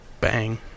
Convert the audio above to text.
bang